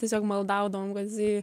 tiesiog maldaudavom kad jisai